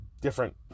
different